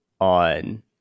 on